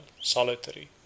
solitary